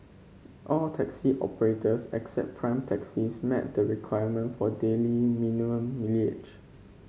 all taxi operators except Prime Taxis met the requirement for daily minimum mileage